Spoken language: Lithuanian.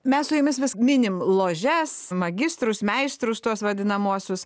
mes su jumis vis minim ložes magistrus meistrus tuos vadinamuosius